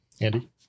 Andy